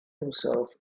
himself